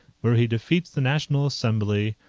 where he defeats the national assembly,